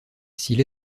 s’il